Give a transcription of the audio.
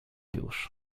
już